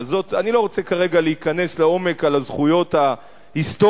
אני לא רוצה כרגע להיכנס לעומק על הזכויות ההיסטוריות,